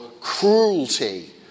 cruelty